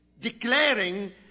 Declaring